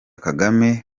kagame